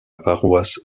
paroisse